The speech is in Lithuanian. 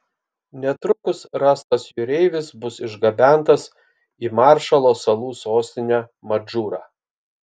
netrukus rastas jūreivis bus išgabentas į maršalo salų sostinę madžūrą